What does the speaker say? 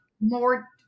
more